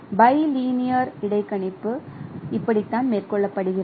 bilinear இடைக்கணிப்பு இப்படித்தான் மேற்கொள்ளப்படுகிறது